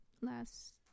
last